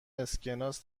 اسکناس